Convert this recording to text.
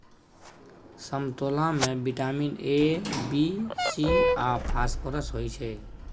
समतोला मे vitamin A, B, C आ फास्फोरस होइ छै